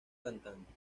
cantante